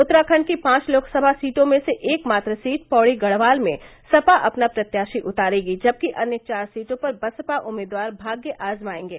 उत्तराखण्ड की पांच लोकसभा सीटों में से एक मात्र सीट पौढ़ी गढ़वाल में सपा अपना प्रत्याशी उतारेगी जबकि अन्य चार सीटों पर बसपा उम्मीदवार भाग्य आजमायेंगे